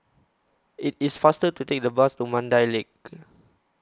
IT IS faster to Take The Bus to Mandai Lake